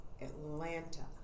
Atlanta